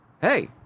hey